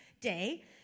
day